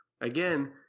again